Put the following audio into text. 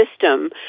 system